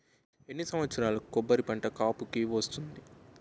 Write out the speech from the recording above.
ఎన్ని సంవత్సరాలకు కొబ్బరి పంట కాపుకి వస్తుంది?